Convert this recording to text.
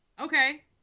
Okay